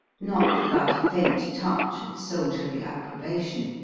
not without a faint touch of soldierly approbation